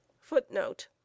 Footnote